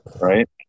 right